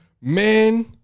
Man